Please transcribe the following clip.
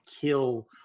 kill